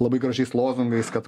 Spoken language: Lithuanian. labai gražiais lozungais kad